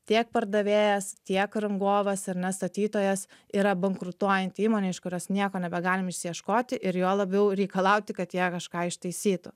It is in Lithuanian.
tiek pardavėjas tiek rangovas ar ne statytojas yra bankrutuojanti įmonė iš kurios nieko nebegalim išsiieškoti ir juo labiau reikalauti kad jie kažką ištaisytų